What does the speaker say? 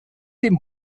dem